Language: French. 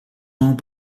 ans